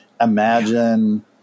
Imagine